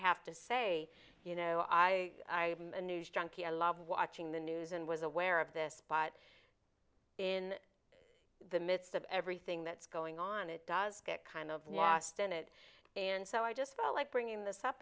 have to say you know i news junky i love watching the news and was aware of this bot in the midst of everything that's going on it does get kind of lost in it and so i just felt like bringing this up